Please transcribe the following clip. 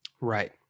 Right